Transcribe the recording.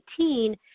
2018